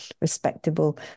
respectable